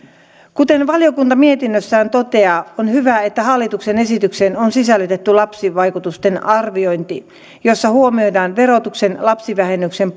kuten valiokunta mietinnössään toteaa on hyvä että hallituksen esitykseen on sisällytetty lapsivaikutusten arviointi jossa huomioidaan verotuksen lapsivähennyksen